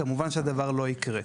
כמובן שהדבר לא יקרה.